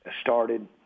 started